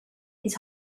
his